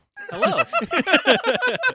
Hello